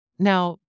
Now